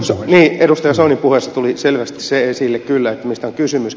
niin edustaja soinin puheessa tuli selvästi se esille kyllä mistä on kysymys